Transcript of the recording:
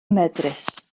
medrus